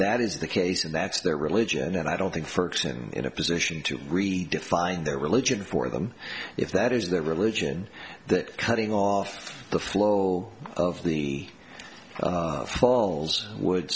that is the case and that's their religion and i don't think in a position to redefine their religion for them if that is their religion that cutting off the flow of the falls would